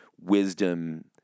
wisdom